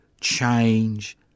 change